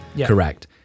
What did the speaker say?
Correct